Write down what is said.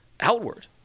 outward